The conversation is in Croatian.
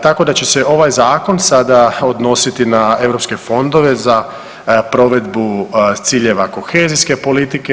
Tako da će se ovaj Zakon sada odnositi na europske fondove za provedbu ciljeva kohezijske politike.